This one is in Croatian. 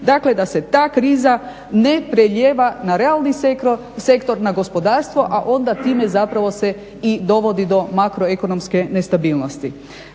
dakle da se ta kriza ne prelijeva na realni sektor, na gospodarstvo, a onda time zapravo se i dovodi do makroekonomske nestabilnosti.